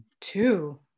Two